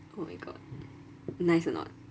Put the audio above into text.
oh my god nice or not